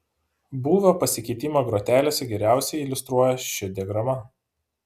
būvio pasikeitimą grotelėse geriausiai iliustruoja ši diagrama